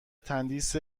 تندیس